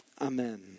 Amen